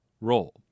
role